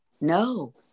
no